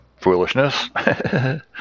foolishness